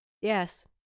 Yes